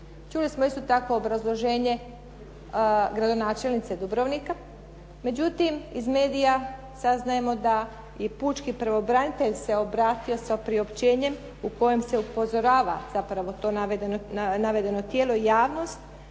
Čuli smo isto tako obrazloženje gradonačelnice Dubrovnika, međutim iz medija saznajemo da i pučki pravobranitelj se obratio sa priopćenjem u kojem se upozorava zapravo to navedeno tijelo javnost,